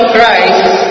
Christ